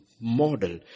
model